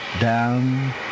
down